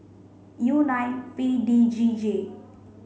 U nine P D G G